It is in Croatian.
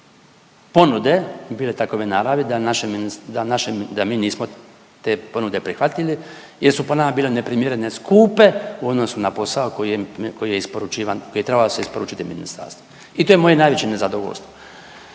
ponude bile takove naravi da naše, da mi nismo te ponude prihvatili jer su po nama bile neprimjereno skupe u odnosu na posao koji je isporučivan, koji trebao se isporučiti ministarstvu i to je moje najveće nezadovoljstvo.